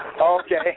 Okay